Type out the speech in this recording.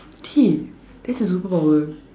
T that's a superpower